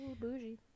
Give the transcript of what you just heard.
bougie